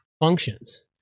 functions